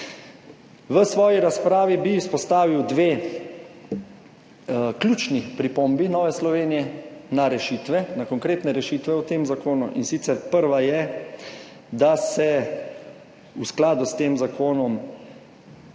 V svoji razpravi bi izpostavil dve ključni pripombi Nove Slovenije na rešitve, na konkretne rešitve v tem zakonu in sicer prva je, da se v skladu s tem zakonom